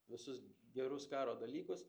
visus gerus karo dalykus